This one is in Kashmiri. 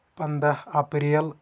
پَنداہ اپریل